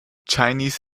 chinese